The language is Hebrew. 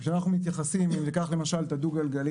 אם ניקח למשל את הדו גלגלי